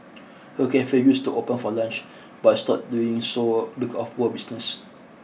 her cafe used to open for lunch but stopped doing so because of poor business